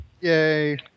Yay